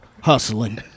hustling